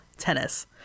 tennis